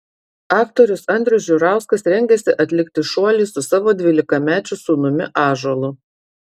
aktorius andrius žiurauskas rengiasi atlikti šuolį su savo dvylikamečiu sūnumi ąžuolu